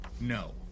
No